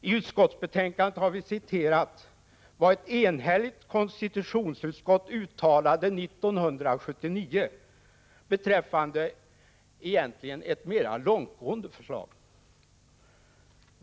I utskottsbetänkandet har vi citerat vad ett enhälligt konstitutionsutskott uttalade 1979 beträffande ett egentligen mera långtgående förslag.